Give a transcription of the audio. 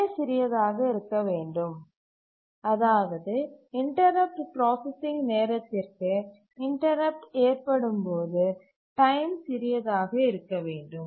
delay சிறியதாக இருக்க வேண்டும் அதாவது இன்டரப்ட் ப்ராசசிங் நேரத்திற்கு இன்டரப்ட் ஏற்படும் போது டைம் சிறியதாக இருக்க வேண்டும்